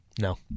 No